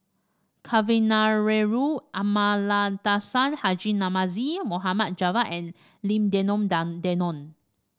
Kavignareru Amallathasan Haji Namazie Mohd Javad and Lim Denon Down Denon